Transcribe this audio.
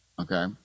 okay